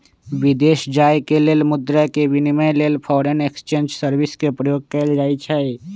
विदेश जाय के लेल मुद्रा के विनिमय लेल फॉरेन एक्सचेंज सर्विस के प्रयोग कएल जाइ छइ